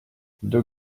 deux